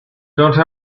don’t